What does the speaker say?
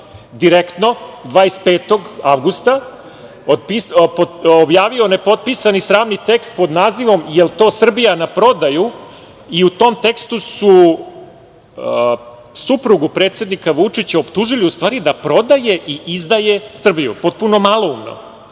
„Direktno“ 25. avgusta objavio nepotpisani sramni tekst pod nazivom „Jel to Srbija na prodaju“ i u tom tekstu su suprugu predsednika Vučića optužili da prodaje i izdaje Srbiju. Potpuno maloumno. Tome